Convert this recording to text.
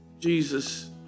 Jesus